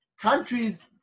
countries